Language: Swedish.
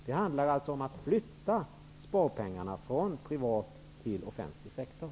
Det handlar således om att flytta sparpengarna från den privata till den offentliga sektorn.